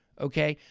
okay?